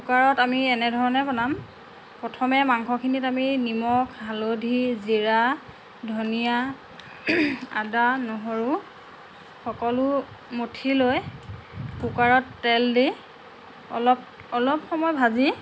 কুকাৰত আমি এনেধৰণে বনাম প্ৰথমে মাংসখিনিত আমি নিমখ হালধি জীৰা ধনিয়া আদা নহৰু সকলো মঠি লৈ কুকাৰত তেল দি অলপ অলপ সময় ভাজি